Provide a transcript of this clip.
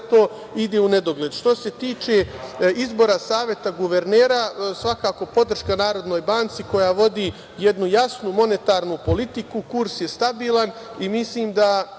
se tiče izbora Saveta guvernera, svakako podrška Narodnoj banci, koja vodi jednu jasnu monetarnu politiku, kurs je stabilan i mislim da